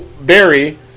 Barry